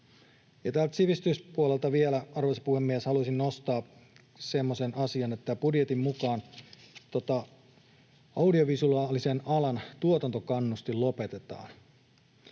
Sivistyspuolelta vielä, arvoisa puhemies, haluaisin nostaa semmoisen asian, että budjetin mukaan audiovisuaalisen alan tuotantokannustin lopetetaan.